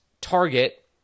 target